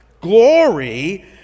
glory